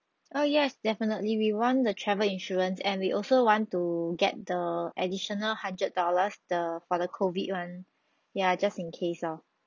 oh yes definitely we want the travel insurance and we also want to get the additional hundred dollars the for the COVID one ya just in case orh